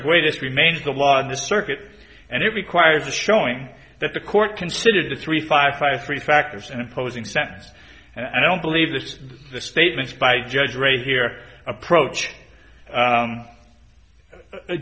greatest remains the law in the circuit and it requires a showing that the court considered the three five five three factors and imposing sentence and i don't believe this the statements by judge raise here approach